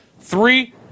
three